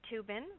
Tubin